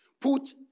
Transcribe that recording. put